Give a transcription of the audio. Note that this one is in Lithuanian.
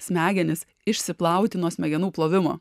smegenis išsiplauti nuo smegenų plovimo